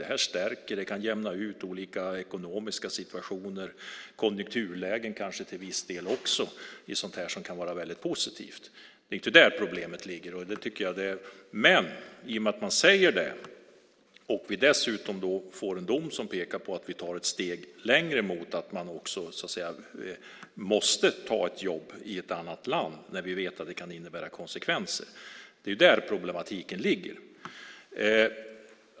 Det stärker och kan jämna ut olika ekonomiska situationer, kanske konjunkturlägen till viss del också. Det är sådant som kan vara väldigt positivt. Det är inte där problemet ligger. Men i och med att man säger det och vi dessutom får en dom som pekar på att vi tar ett steg längre mot att man måste ta ett jobb i ett annat land när vi vet att det kan innebära konsekvenser är det där problemet ligger.